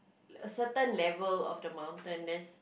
certain level of the mountain there's